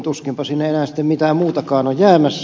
tuskinpa sinne enää mitään muutakaan on jäämässä